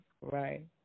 Right